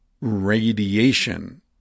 radiation